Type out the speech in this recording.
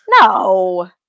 No